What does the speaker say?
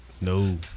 No